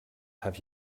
have